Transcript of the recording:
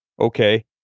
okay